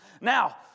Now